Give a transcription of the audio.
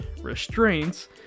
restraints